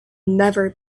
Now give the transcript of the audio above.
never